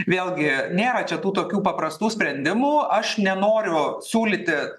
vėlgi nėra čia tų tokių paprastų sprendimų aš nenoriu siūlyti